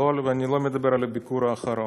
אני לא מדבר על הביקור האחרון,